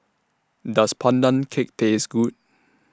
Does Pandan Cake Taste Good